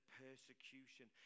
persecution